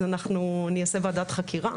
אז אני אעשה ועדת חקירה?